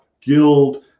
Guild